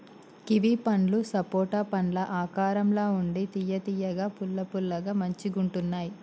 kiwi పండ్లు సపోటా పండ్ల ఆకారం ల ఉండి తియ్య తియ్యగా పుల్ల పుల్లగా మంచిగుంటున్నాయ్